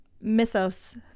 mythos